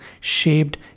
shaped